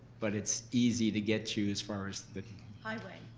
but it's easy to get to as far as the highway.